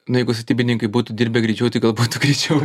nu jeigu statybininkai būtų dirbę greičiau gal būtų greičiau